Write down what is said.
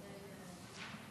נתקבלו.